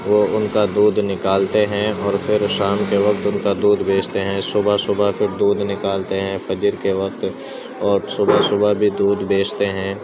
وہ ان کا دودھ نکالتے ہیں اور پھر شام کے وقت ان کا دودھ بیچتے ہیں صبح صبح پھر دودھ نکالتے ہیں فجر کے وقت اور صبح صبح بھی دودھ بیچتے ہیں